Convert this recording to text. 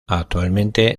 actualmente